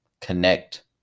connect